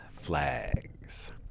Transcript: flags